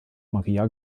maria